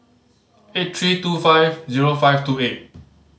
eight three two five zero five two eight